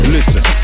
Listen